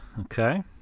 Okay